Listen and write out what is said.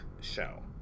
show